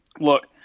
look